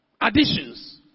Additions